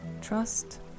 Trust